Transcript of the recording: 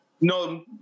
No